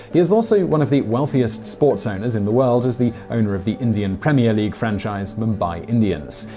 he is also one of the wealthiest sports owners in the world, as the owner of the indian premier league franchise mumbai indians.